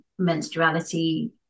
menstruality